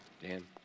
Dan